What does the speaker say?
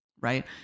right